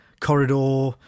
corridor